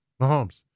Mahomes